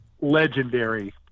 legendary